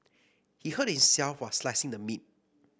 he hurt himself while slicing the meat